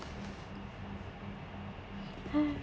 !hais!